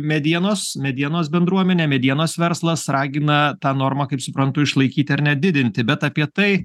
medienos medienos bendruomenė medienos verslas ragina tą normą kaip suprantu išlaikyti ar net didinti bet apie tai